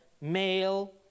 male